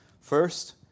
First